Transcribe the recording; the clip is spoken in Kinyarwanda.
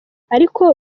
ariko